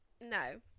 no